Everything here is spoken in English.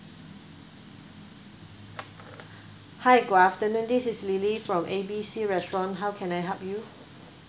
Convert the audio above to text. hi good afternoon this is lily from A B C restaurant how can I help you